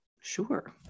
sure